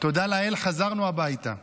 תודה לאל, חזרנו הביתה,